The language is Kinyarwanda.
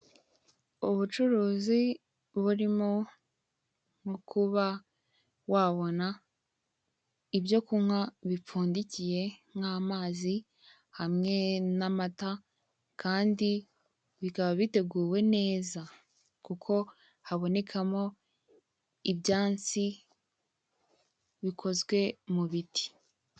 Ubucuruzi burimo nko kuba wabona ibyo kunywa bipfundikiye, nk'amazi hamwe n'amata, kandi bikaba biteguwe neza kuko habonekamo ibyansi bikozwe mu biti.